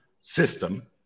system